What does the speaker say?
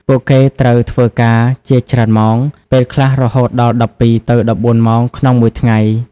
ពួកគេត្រូវធ្វើការជាច្រើនម៉ោង ពេលខ្លះរហូតដល់ ១២ ទៅ ១៤ ម៉ោងក្នុងមួយថ្ងៃ។